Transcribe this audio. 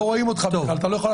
לא רואים אותך שם אפילו.